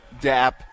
dap